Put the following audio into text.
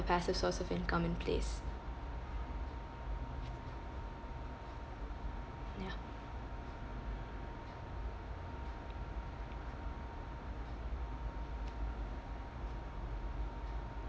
passive source of income in place ya